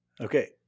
Okay